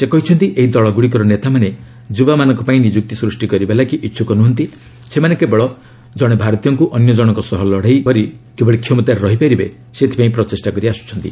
ସେ କହିଛନ୍ତି ଏହି ଦଳଗୁଡ଼ିକର ନେତାମାନେ ଯୁବାମାନଙ୍କ ପାଇଁ ନିଯୁକ୍ତି ସୃଷ୍ଟି କରିବା ଲାଗି ଇଛୁକ ନୁହନ୍ତି ସେମାନେ କେବଳ ଜଣେ ଭାରତୀୟଙ୍କୁ ଅନ୍ୟ ଜଶଙ୍କ ସହ ଲଡ଼ାଇ କରାଇ କ୍ଷମତାରେ ରହିପାରିବେ ସେଥିପାଇଁ ପ୍ରଚେଷ୍ଟା କରି ଆସୁଛନ୍ତି